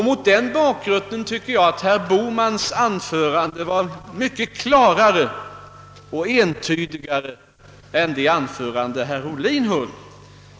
Mot den bakgrunden tycker jag att herr Bohmans anförande var mycket klarare och entydigare än det anförande herr Ohlin höll.